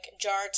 jar